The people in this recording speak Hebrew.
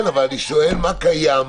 אבל אני שואל מה קיים,